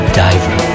diver